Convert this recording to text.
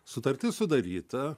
sutartis sudaryta